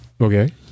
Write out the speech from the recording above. Okay